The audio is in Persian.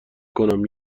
کنم